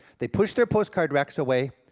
they push their postcard racks away,